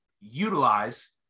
utilize